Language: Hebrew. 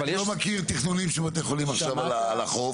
אני לא מכיר תכנונים של בתי חולים עכשיו על החוף.